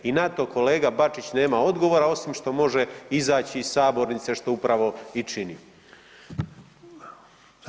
I na to kolega Bačić nema odgovora osim što može izaći iz sabornice što upravo i čini.